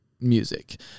music